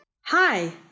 Hi